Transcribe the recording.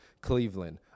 Cleveland